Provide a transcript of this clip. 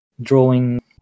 drawing